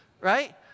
Right